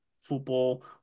football